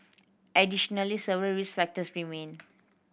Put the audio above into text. additionally several risk factors remain